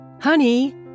Honey